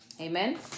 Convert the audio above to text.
Amen